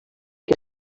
que